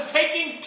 taking